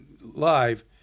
live